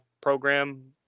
program